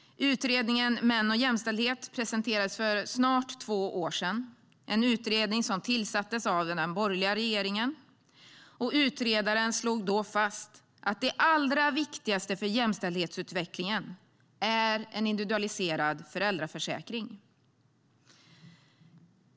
Utredningen Män och jämställdhet presenterades för snart två år sedan. Det var en utredning som tillsattes av den borgerliga regeringen. Utredaren slog fast att det allra viktigaste för jämställdhetsutvecklingen är en individualiserad föräldraförsäkring.